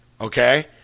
Okay